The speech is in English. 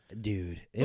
Dude